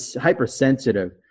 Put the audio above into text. hypersensitive